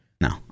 No